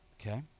Okay